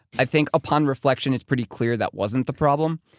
i think upon reflection it's pretty clear that wasn't the problem.